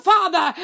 Father